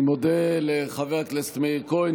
אני מודה לחבר הכנסת מאיר כהן.